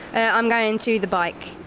i'm going to the bike.